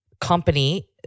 company